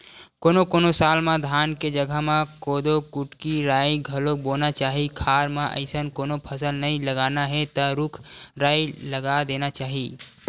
कोनो कोनो साल म धान के जघा म कोदो, कुटकी, राई घलोक बोना चाही खार म अइसन कोनो फसल नइ लगाना हे त रूख राई लगा देना चाही